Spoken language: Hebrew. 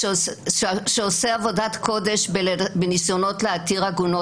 שעושה עבודת קודש בניסיונות להתיר עגונות,